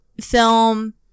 film